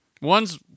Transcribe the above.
One's